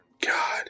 God